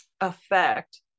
effect